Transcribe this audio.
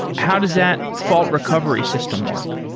how does that fault recovery system work?